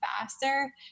faster